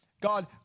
God